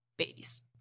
babies